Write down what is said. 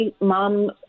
mom